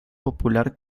popular